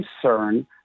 concern